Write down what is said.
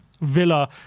Villa